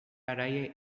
areia